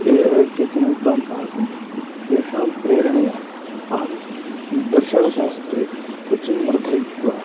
ए केचन विद्वांसः सन्ति तेषां प्रेरणया अहं दर्शनशास्त्रे रुचिं वर्धयित्वा